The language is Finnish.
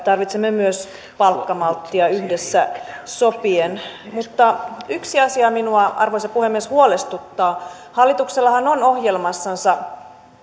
tarvitsemme myös palkkamalttia yhdessä sopien mutta yksi asia minua arvoisa puhemies huolestuttaa hallituksellahan on ohjelmassansa